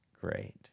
great